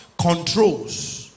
controls